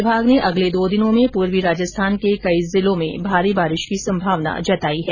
विभाग ने अगले दो दिनों में पूर्वी राजस्थान के कई जिलों में भारी बारिश की संभावना जताई है